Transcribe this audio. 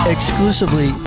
Exclusively